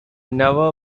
never